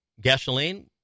gasoline